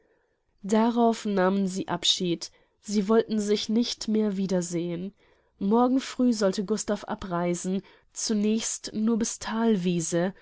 darauf nahmen sie abschied sie wollten sich nicht mehr wiedersehen morgen früh sollte gustav abreisen zunächst nur bis